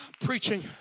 Preaching